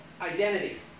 identity